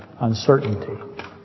uncertainty